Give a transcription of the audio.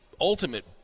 ultimate